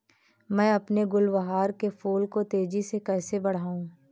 मैं अपने गुलवहार के फूल को तेजी से कैसे बढाऊं?